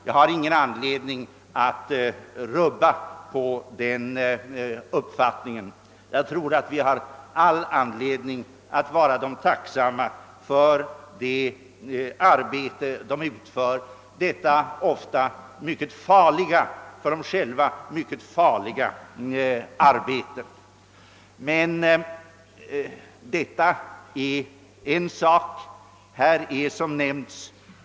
Jag har ingen anledning att rubba denna uppfattning. Vi har all anledning att vara tacksamma för det för polismännen själva ofta mycket farliga arbete som utförs. Men detta är en sak.